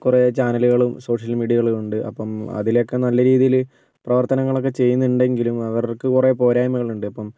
കുറെ ചാനലുകളും സോഷ്യൽ മീഡിയകളുമുണ്ട് അപ്പം അതിലൊക്കെ നല്ല രീതിയിൽ പ്രവർത്തനങ്ങളോക്കെ ചെയ്യുന്നുണ്ടെങ്കിലും അവർക്ക് കുറെ പോരായ്മകൾ ഉണ്ട് അപ്പം